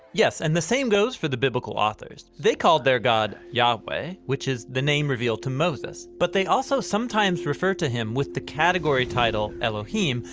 yes. and the same goes for the biblical authors. they called their god yahweh, which is the name revealed to moses. but they also sometimes refer to him with the category title elohim,